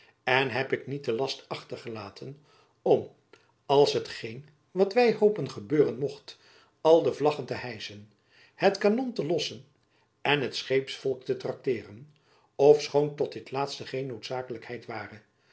en heb ik niet den last achtergelaten om als hetgene wat wy hopen gebeuren mocht al de vlaggen te hijschen het kanon te lossen en het scheepsvolk te trakteeren ofschoon tot dit laatste geen noodzakelijkheid ware